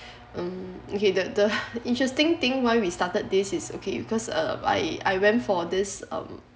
um okay the the interesting thing why we started this is okay because uh I I went for this um